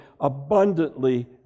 abundantly